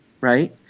right